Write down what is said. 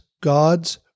God's